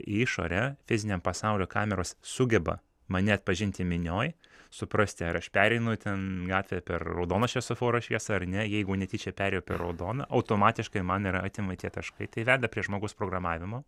išorę fiziniam pasaulio kameros sugeba mane atpažinti minioj suprasti ar aš pereinu ten gatvę per raudoną šviesoforo šviesą ar ne jeigu netyčia perėjo per raudoną automatiškai man yra atimami tie taškai tai veda prie žmogus programavimo